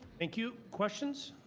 thank you. questions?